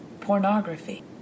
pornography